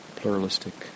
pluralistic